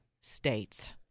states